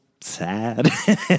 sad